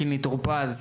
קינלי טור פז,